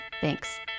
Thanks